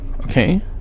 Okay